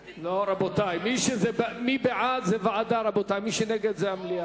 רבותי, מי שבעד זה ועדה, מי שנגד זה מליאה.